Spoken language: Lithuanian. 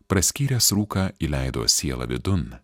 praskyręs rūką įleido sielą vidun